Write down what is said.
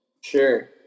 Sure